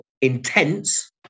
intense